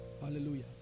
Hallelujah